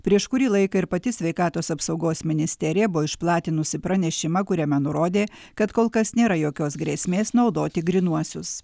prieš kurį laiką ir pati sveikatos apsaugos ministerija buvo išplatinusi pranešimą kuriame nurodė kad kol kas nėra jokios grėsmės naudoti grynuosius